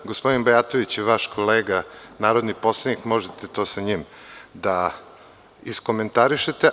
Gospodin Bajatović je vaš kolega narodni poslanik, možete to sa njim da iskomentarišete.